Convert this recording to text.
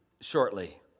shortly